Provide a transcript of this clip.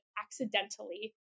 accidentally